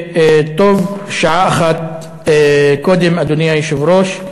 טוב שעה אחת קודם, אדוני היושב-ראש.